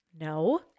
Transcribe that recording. No